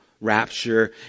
rapture